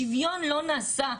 שוויון לא נעשה,